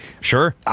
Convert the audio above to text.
Sure